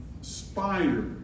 spider